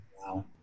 Wow